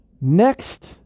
Next